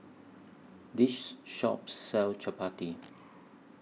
This Shop sells Chapati